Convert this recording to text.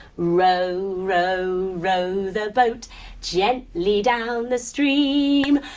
row, row row the boat gently down the stream,